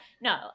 no